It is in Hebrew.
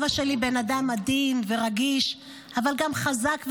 אבא שלי בן אדם עדין ורגיש, אבל גם חזק ואופטימי,